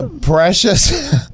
precious